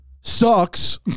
Sucks